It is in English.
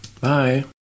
Bye